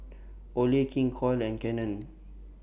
Olay King Koil and Canon